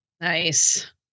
Nice